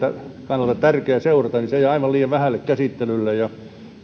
kannalta tärkeää seurata tahtoo jäädä aivan liian vähälle käsittelylle